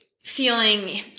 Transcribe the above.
feeling